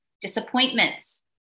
disappointments